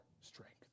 strength